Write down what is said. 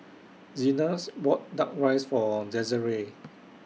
Zenas bought Duck Rice For Desirae